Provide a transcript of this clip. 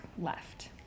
left